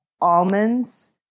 almonds